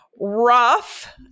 Rough